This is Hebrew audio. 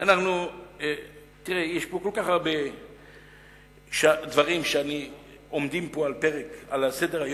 יש פה כל כך הרבה דברים שעומדים על סדר-היום,